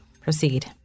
proceed